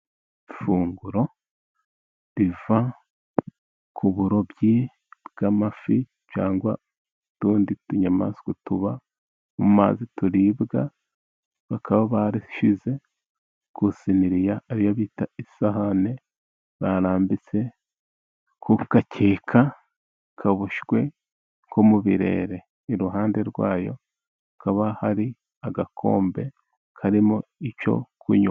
Ifunguro riva ku burobyi bw'amafi cyangwa utundi tunyamaswa tuba mu mazi turibwa, bakaba barishyize ku isiniya ariyo bita isahani, barambitse ku gakeka kaboshywe nko mu birere, iruhande rwayo hakaba hari agakombe karimo icyo kunywa.